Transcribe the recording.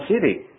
city